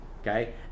okay